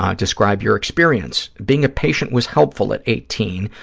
ah describe your experience. being a patient was helpful at eighteen,